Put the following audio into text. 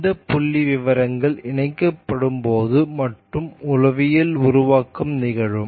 இந்த புள்ளிவிவரங்கள் இணைக்கப்படும்போது மட்டுமே உளவியல் உருவாக்கம் நிகழும்